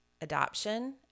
adoption